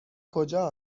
کجا